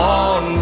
on